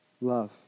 Love